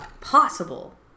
possible